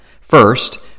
First